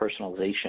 personalization